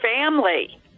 family